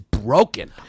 broken